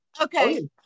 Okay